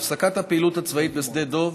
על הפסקת הפעילות הצבאית בשדה דב